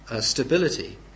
stability